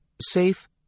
Safe